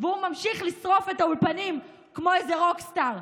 והוא ממשיך לשרוף את האולפנים כמו איזה רוק סטאר.